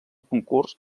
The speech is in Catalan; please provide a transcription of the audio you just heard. concurs